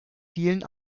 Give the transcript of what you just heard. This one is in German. vielen